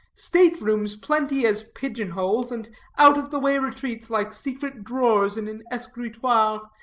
state-rooms plenty as pigeon-holes, and out-of-the-way retreats like secret drawers in an escritoire,